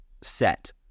set